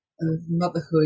motherhood